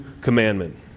commandment